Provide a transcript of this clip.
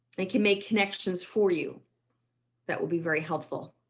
they can make connections for you that will be very helpful.